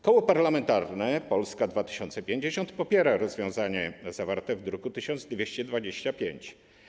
Koło Parlamentarne Polska 2050 popiera rozwiązanie zawarte w druku nr 1225.